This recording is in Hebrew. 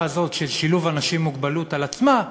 הזאת של שילוב אנשים עם מוגבלות על עצמה,